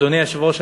אדוני היושב-ראש,